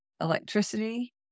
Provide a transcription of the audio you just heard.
electricity